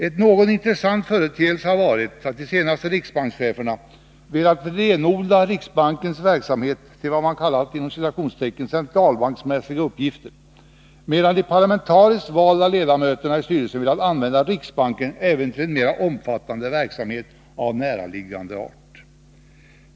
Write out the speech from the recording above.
En något intressant företeelse har varit att de senaste riksbankscheferna velat renodla riksbankens verksamhet till vad man kallat ”centralbanksmässiga uppgifter”, medan de parlamentariskt valda ledamöterna velat använda riksbanken även till mera omfattande verksamhet av näraliggande art.